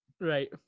Right